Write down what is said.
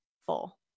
full